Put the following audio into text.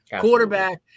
quarterback